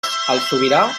sobirà